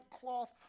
cloth